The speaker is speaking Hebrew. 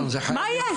מה יהיה?